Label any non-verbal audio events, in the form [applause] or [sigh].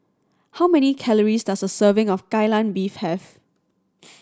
how many calories does a serving of Kai Lan Beef have [noise]